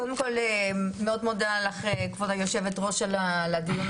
קודם כל מאוד מודה לך כבוד היושבת-ראש על הדיון הזה.